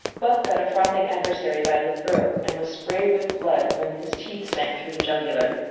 buck got a frothing adversary by the throat, and was sprayed with blood when his teeth sank through the jugular.